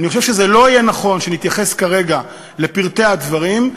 אני חושב שלא יהיה נכון שנתייחס כרגע לפרטי הדברים,